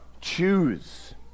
choose